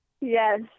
Yes